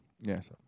Yes